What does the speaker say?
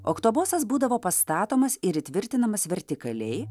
oktobosas būdavo pastatomas ir įtvirtinamas vertikaliai